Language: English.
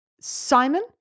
Simon